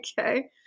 Okay